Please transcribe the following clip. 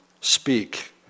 speak